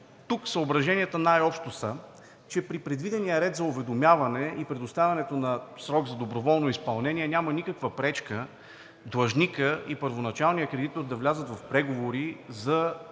Тук съображенията най-общо са, че при предвидения ред за уведомяване и предоставянето на срок за доброволно изпълнение няма никаква пречка длъжникът и първоначалният кредитор да влязат в преговори за